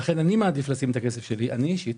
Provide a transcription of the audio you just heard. ולכן אני מעדיף לשים את הכסף שלי, אני אישית,